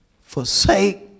Forsake